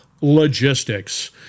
Logistics